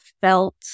felt